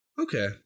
Okay